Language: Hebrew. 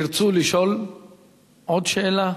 תרצו לשאול עוד שאלה?